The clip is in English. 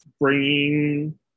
bringing